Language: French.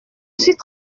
suis